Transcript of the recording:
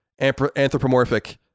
anthropomorphic